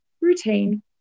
routine